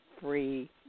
free